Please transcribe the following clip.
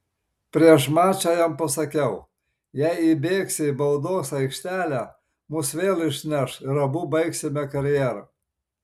prieš mačą jam pasakiau jei įbėgsi į baudos aikštelę mus vėl išneš ir abu baigsime karjerą